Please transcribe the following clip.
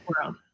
world